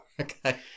Okay